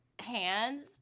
hands